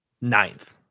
ninth